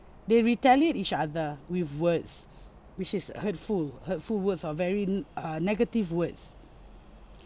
they retaliate each other with words which is hurtful hurtful words or very uh negative words